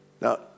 Now